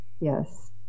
Yes